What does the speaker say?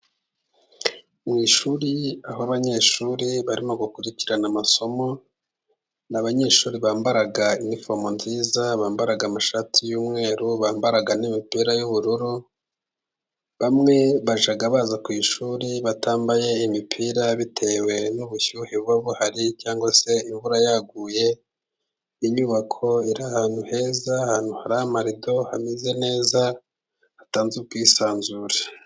Mu ishuri aho abanyeshuri barimo gukurikirana amasomo, ni abanyeshuri bambara inifomo nziza, bambara amashati y'umweru bambara n'imipira y'ubururu, bamwe bajya baza ku ishuri batambaye imipira bitewe n'ubushyuhe buba buhari cyangwa se imvura yaguye. Inyubako iri ahantu heza ahantu hari amarido hameze neza hatanze ubwisanzure.